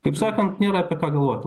kaip sakant nėra apie ką galvoti